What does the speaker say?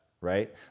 right